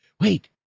wait